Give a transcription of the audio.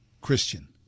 Christian